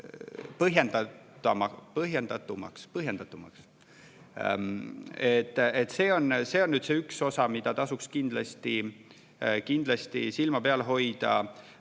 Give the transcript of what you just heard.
põhjendatumaks. See on üks osa, millel tasuks kindlasti silma peal hoida.